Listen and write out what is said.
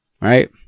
Right